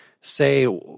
say